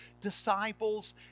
disciples